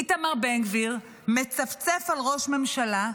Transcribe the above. איתמר בן גביר מצפצף על ראש ממשלה,